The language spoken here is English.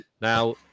now